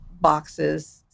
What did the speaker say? boxes